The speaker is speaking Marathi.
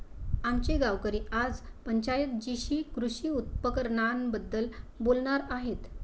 आमचे गावकरी आज पंचायत जीशी कृषी उपकरणांबद्दल बोलणार आहेत